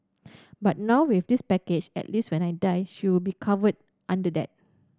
but now with this package at least when I die she will be covered under that